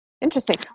Interesting